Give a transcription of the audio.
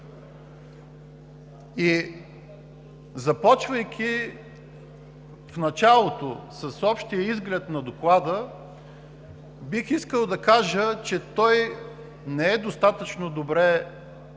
Започвайки в началото с общия изглед на Доклада, бих искал да кажа, че той не е достатъчно добре